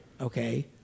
Okay